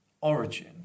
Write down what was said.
origin